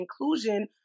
inclusion